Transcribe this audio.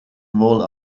wohl